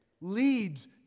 leads